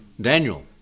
Daniel